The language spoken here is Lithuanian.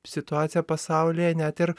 situaciją pasaulyje net ir